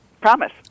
promise